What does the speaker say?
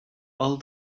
all